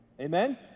Amen